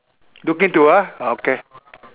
looking to ah ah okay